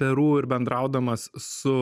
peru ir bendraudamas su